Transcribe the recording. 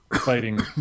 fighting